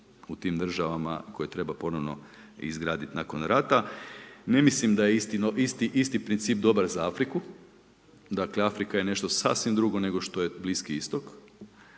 u tim državama koje treba ponovno izgraditi nakon rata. Ne mislim da je isti princip dobar za Afriku. Dakle, Afrika je nešto sasvim drugo, nego što je Bliski Istok.